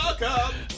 Welcome